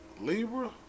Libra